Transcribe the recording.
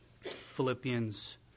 Philippians